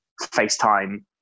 FaceTime